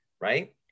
right